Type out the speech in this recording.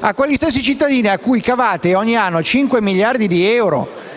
a quegli stessi cittadini cui cavate ogni anno 5 miliardi di euro,